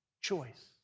choice